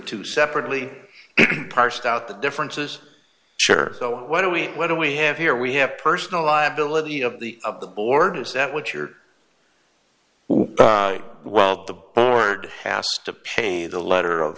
two separately parsed out the differences sure so what do we what do we have here we have personal liability of the of the board is that what you're well the board passed to pay the letter of